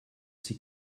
sie